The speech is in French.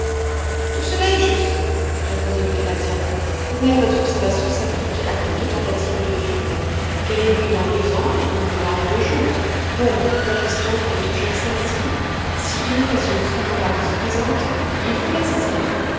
tout cela est juste répondit le canadien mais votre observation s'applique à toute tentative de fuite qu'elle ait lieu dans deux ans ou dans deux jours donc la question est toujours celle-ci si une occasion favorable se présente il faut la saisir